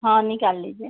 हाँ निकाल लीजिए